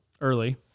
early